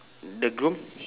the groom